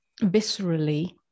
viscerally